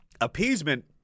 appeasement